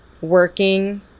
working